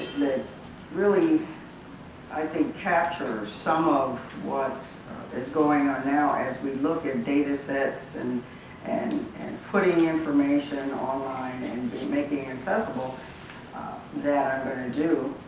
that really i think captures some of what is going on now as we look at data sets and and and putting information online and making accessible that i'm going to do